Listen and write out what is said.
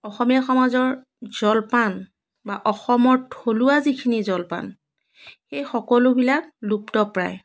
অসমীয়া সমাজৰ জলপান বা অসমত থলুৱা যিখিনি জলপান এই সকলোবিলাক লুপ্তপ্ৰায়